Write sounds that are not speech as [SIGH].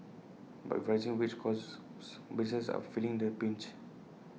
but with rising wage costs [UNINTELLIGIBLE] businesses are feeling the pinch